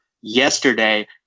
yesterday